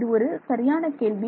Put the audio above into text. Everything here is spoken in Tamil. இது ஒரு சரியான கேள்வி